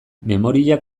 memoria